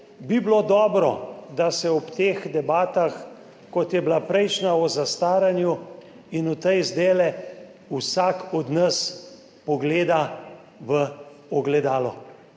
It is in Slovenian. bi bilo, da se ob teh debatah, kot je bila prejšnja o zastaranju in v tej zdaj, vsak od nas pogleda v ogledalo.